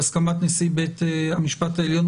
בהסכמת נשיא בית המשפט העליון,